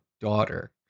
daughter